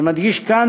אני מדגיש כאן,